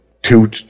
Two